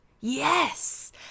yes